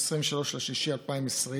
23 במרץ 2020,